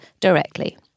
directly